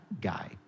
guy